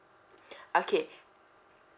okay